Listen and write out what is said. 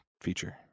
feature